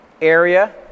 area